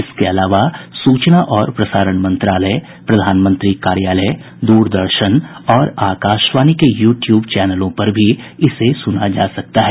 इसके अलावा सूचना और प्रसारण मंत्रालय प्रधानमंत्री कार्यालय दूरदर्शन और आकाशवाणी के यूट्यूब चैनलों पर भी इसे सुना जा सकता है